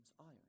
iron